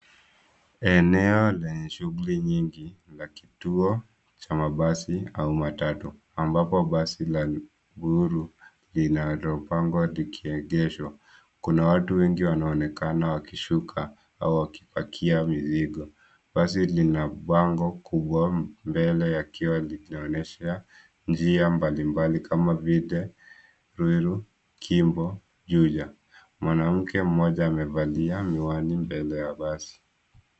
Eneo lenye shughuli nyingi la kituo cha mabasi au matatu ambapo basi la buluu linalopangwa likiegesgwa. Kuna watu wengi wanaonekana wakishuka na wakiwapa mizigo. Basi lina bango kubwa mbele yakiwa yanaonyesha njia mbali mbali kama vile Ruiru, kimbo, Juja. Mwanamke mmoja amevalia miwani mbele ya basi.